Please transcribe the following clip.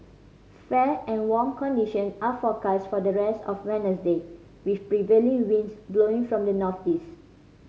fair and warm condition are forecast for the rest of Wednesday with prevailing winds blowing from the Northeast